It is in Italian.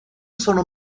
sono